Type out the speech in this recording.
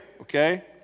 okay